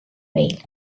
meil